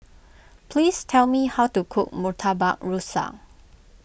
please tell me how to cook Murtabak Rusa